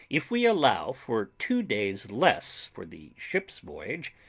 if we allow for two days less for the ship's voyage,